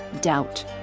doubt